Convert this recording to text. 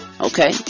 okay